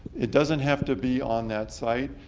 it doesn't have to be on that site.